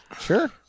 Sure